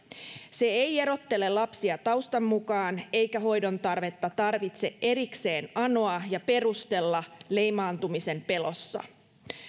se ei erottele lapsia taustan mukaan eikä hoidon tarvetta tarvitse erikseen anoa ja perustella leimaantumisen pelossa